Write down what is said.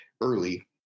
early